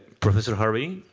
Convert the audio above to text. professor harvey,